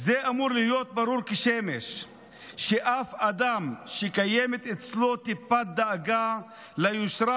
זה אמור להיות ברור כשמש שאדם שקיימת אצלו טיפת דאגה ליושרה